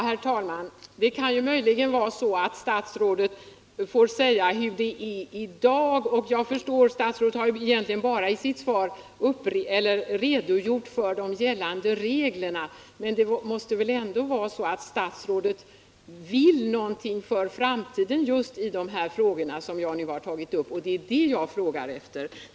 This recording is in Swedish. Herr talman! Möjligen kan det vara så att statsrådet får säga hur det är i dag — jag förstår att statsrådet i sitt svar egentligen bara har redogjort för de gällande reglerna — men det måste väl också vara så att statsrådet vill någonting för framtiden just i de frågor som jag nu har tagit upp, och det är det jag frågar efter.